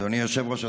אדוני היושב-ראש,